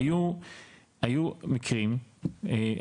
היו מקרים,